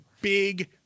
big